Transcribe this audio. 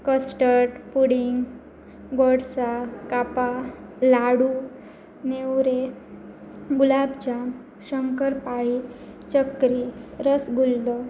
custard pudding गोडसा कापा लाडू नेववरे गुलाब जाम शंकर पाळी चकरी रसगुल्ला